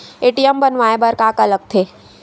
ATM बनवाय बर का का लगथे?